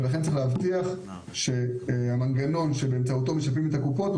ולכן צריך להבטיח שהמנגנון שבאמצעותו משפים את הקופות הוא